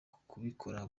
kubikora